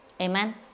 Amen